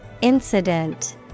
Incident